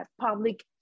public